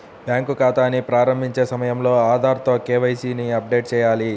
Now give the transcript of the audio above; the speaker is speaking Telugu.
బ్యాంకు ఖాతాని ప్రారంభించే సమయంలో ఆధార్ తో కే.వై.సీ ని అప్డేట్ చేయాలి